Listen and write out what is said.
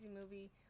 movie